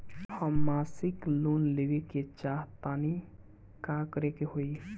हम मासिक लोन लेवे के चाह तानि का करे के होई?